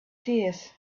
tears